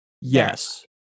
Yes